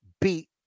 beat